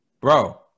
bro